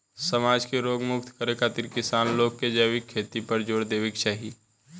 समाज के रोग मुक्त रखे खातिर किसान लोग के जैविक खेती पर जोर देवे के चाही